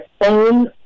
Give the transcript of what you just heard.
own